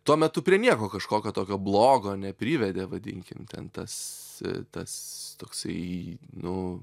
tuo metu prie nieko kažkokio tokio blogo neprivedė vadinkim ten tas tas toksai nu